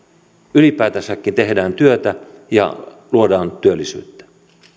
ylipäätänsäkin tehdään työtä ja luodaan työllisyyttä